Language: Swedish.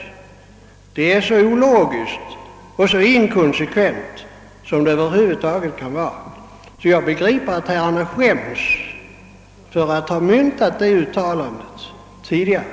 Ett sådant handlande är så ologiskt och inkonsekvent som det över huvud taget är möjligt. Jag menar därför att man inte vill vidkännas att man tidigare har gjort ett sådant uttalande.